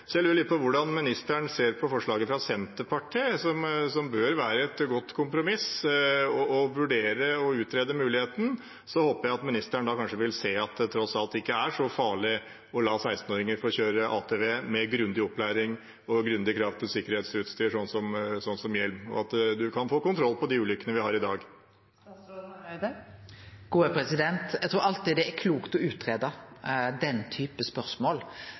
lurer litt på hvordan statsråden ser på forslaget fra Senterpartiet, som bør være et godt kompromiss, der man ber om å vurdere og utrede muligheten. Jeg håper at statsråden vil se at det tross alt ikke er så farlig å la 16-åringer få kjøre ATV med grundig opplæring og grundige krav til sikkerhetsutstyr, som hjelm – at man kan få kontroll på de ulykkene vi har i dag. Eg trur alltid det er klokt å greie ut slike spørsmål,